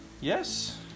yes